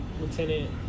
Lieutenant